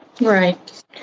Right